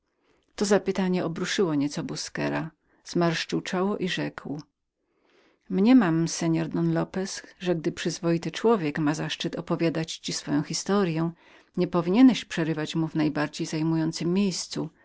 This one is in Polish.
zapytanie obruszyło nieco busquera zmarszczył czoło i rzekł mniemam don lopez soarez że gdy przyzwoity człowiek ma zaszczyt opowiadania ci swojej historyi wtedy nie należy przerywać mu w najbardziej zajmującem miejscu